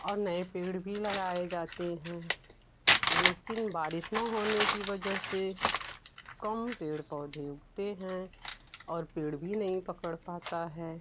और नये पेड़ भी लगाए जाते हैं लेकिन बारिश न होने की वजह से कम पेड़ पौधे उगते हैं और पेड़ भी नहीं पकड़ पाता है